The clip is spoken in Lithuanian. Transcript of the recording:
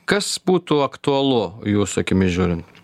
kas būtų aktualu jūsų akimis žiūrin